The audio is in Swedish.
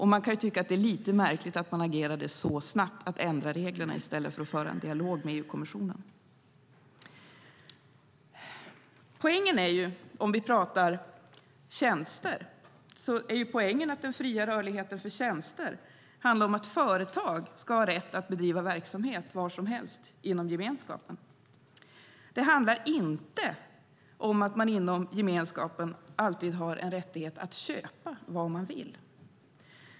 Man kan tycka att det är lite märkligt att regeringen agerade så snabbt för att ändra reglerna i stället för att föra en dialog med EU-kommissionen. Om vi talar om tjänster är poängen att den fria rörligheten för just tjänster handlar om att företag ska ha rätt att bedriva verksamhet var som helst inom gemenskapen. Det handlar inte om att man inom gemenskapen alltid har en rättighet att köpa vad man vill.